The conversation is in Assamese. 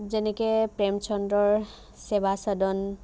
যেনেকে প্ৰেমচন্দৰ সেৱা সদন